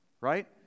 right